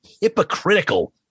hypocritical